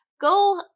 go